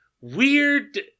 Weird